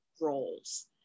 roles